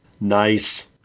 nice